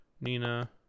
Nina